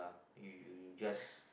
if you just